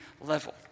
level